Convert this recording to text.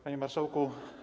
Panie Marszałku!